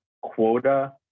quota